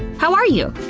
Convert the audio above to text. how are you?